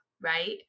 right